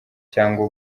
cyangwa